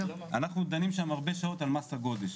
אנחנו דנים שם הרבה שעות על מס הגודש